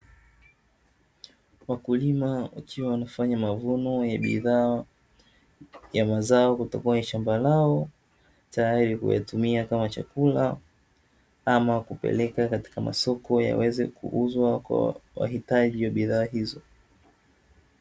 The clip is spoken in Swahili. Wakulima wakiwa wanafanya mavuno ya bidhaa ya mazao kutoka kwenye shamba leo, tayari kuyatumia kama chakula ama kupeleka katika masoko yaweze kuuzwa kwa wahitaji wa bidhaa hizo.